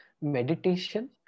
meditation